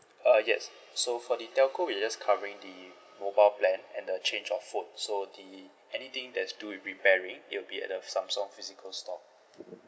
uh yes so for the telco we'll just covering the mobile plan and the change of phones so the anything that's do with repairing it'll be at the samsung physical store